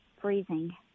freezing